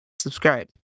Subscribe